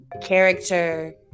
character